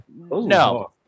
no